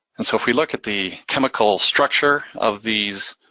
and so if we look at the chemical structure of these